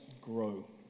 grow